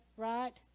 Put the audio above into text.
right